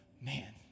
man